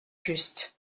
just